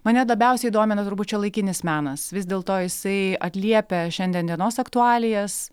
mane dabiausiai domina turbūt šiuolaikinis menas vis dėlto jisai atliepia šiandien dienos aktualijas